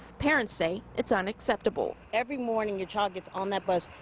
parents say it's unacceptable. every morning your child gets on that bus,